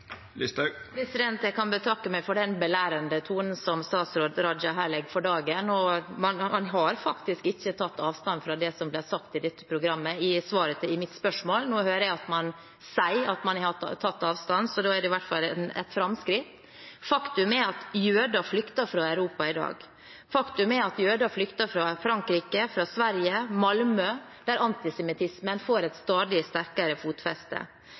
Jeg kan betakke meg for den belærende tonen som statsråd Raja her legger for dagen. Han har faktisk ikke tatt avstand fra det som ble sagt i dette programmet, i svaret på mitt spørsmål. Nå hører jeg at han sier at han har tatt avstand, så da er det i hvert fall et framskritt. Faktum er at jøder flykter fra Europa i dag, faktum er at jøder flykter fra Frankrike, fra Sverige og fra Malmø, der antisemittismen får et stadig sterkere fotfeste.